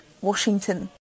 Washington